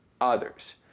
others